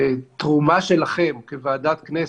ותרומה שלכם כוועדת כנסת,